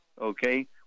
okay